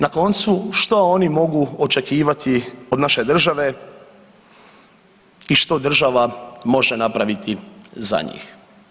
Na koncu što oni mogu očekivati od naše države i što država može napraviti za njih.